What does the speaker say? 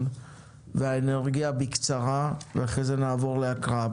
והאנרגיה בקצרה ואחרי זה נעבור להקראה.